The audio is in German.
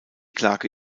klage